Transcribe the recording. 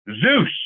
Zeus